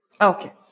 Okay